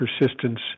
persistence